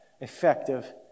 Effective